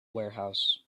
warehouse